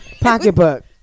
Pocketbook